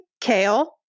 kale